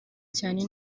cyane